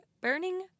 burning